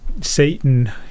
Satan